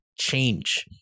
change